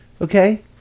Okay